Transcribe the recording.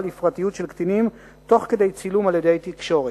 לפרטיות של קטינים תוך כדי צילום על-ידי התקשורת.